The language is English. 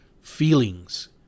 feelings